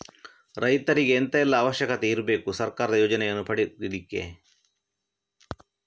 ರೈತರಿಗೆ ಎಂತ ಎಲ್ಲಾ ಅವಶ್ಯಕತೆ ಇರ್ಬೇಕು ಸರ್ಕಾರದ ಯೋಜನೆಯನ್ನು ಪಡೆಲಿಕ್ಕೆ?